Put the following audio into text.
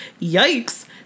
yikes